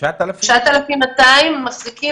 הבקשות האלה הוגשו לפני חקיקת